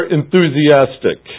enthusiastic